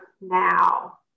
now